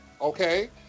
okay